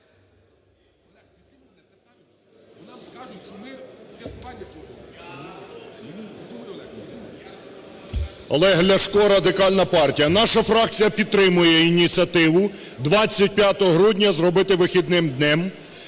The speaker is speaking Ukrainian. Олег Ляшко, Радикальна партія. Наша фракція підтримує ініціативу 25 грудня зробити вихідним днем.